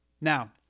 Now